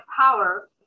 power